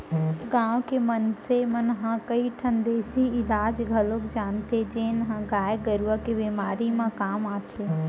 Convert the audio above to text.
गांव के मनसे मन ह कई ठन देसी इलाज घलौक जानथें जेन ह गाय गरू के बेमारी म काम आथे